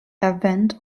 erwähnt